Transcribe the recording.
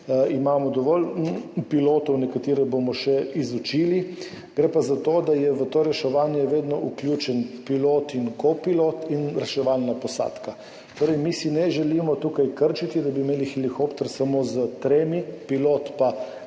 Imamo dovolj pilotov, nekatere bomo še izučili, gre pa za to, da je v to reševanje vedno vključen pilot in kopilot in reševalna posadka. Torej, mi si ne želimo tukaj krčiti, da bi imeli helikopter samo s tremi, pilot,